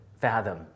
fathom